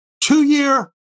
two-year